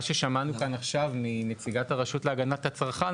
מה ששמענו כאן עכשיו מנציגת הרשות להגנת הצרכן,